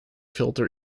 filter